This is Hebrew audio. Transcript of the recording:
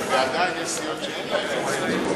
ועדיין יש סיעות שאין להן ייצוג.